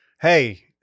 Hey